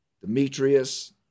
demetrius